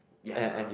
ya